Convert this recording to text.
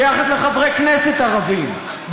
ביחס לחברי כנסת ערבים,